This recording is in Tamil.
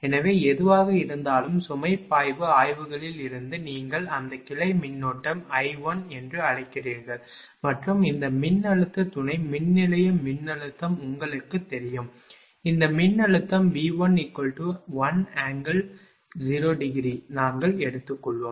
எனவே எதுவாக இருந்தாலும் சுமை பாய்வு ஆய்வுகளில் இருந்து நீங்கள் அந்த கிளை மின்னோட்டம் I1 என்று அழைக்கிறீர்கள் மற்றும் இந்த மின்னழுத்த துணை மின்நிலைய மின்னழுத்தம் உங்களுக்குத் தெரியும் இந்த மின்னழுத்தம் V11∠0° நாங்கள் எடுத்துள்ளோம்